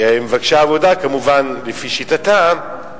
כמבקשי עבודה, כמובן, לפי שיטתם,